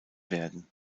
werden